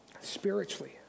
spiritually